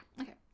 okay